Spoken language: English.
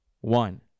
One